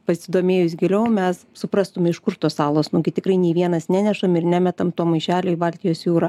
pasidomėjus giliau mes suprastume iš kur tos salos nu gi tikrai nė vienas nenešam ir nemetam to maišelio į baltijos jūrą